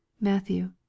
Matthew